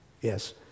Yes